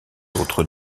autres